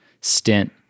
stint